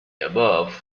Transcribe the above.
above